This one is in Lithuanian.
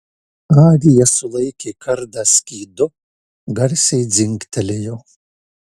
arija sulaikė kardą skydu garsiai dzingtelėjo